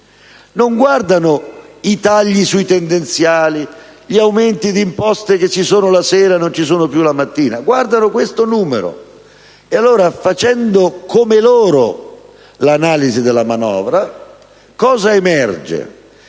Non guardano i tagli sui tendenziali, gli aumenti di imposte che ci sono la sera e non ci sono più la mattina, ma questi numeri. Facendo come loro l'analisi della manovra, emerge